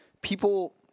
people –